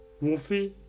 Wolfie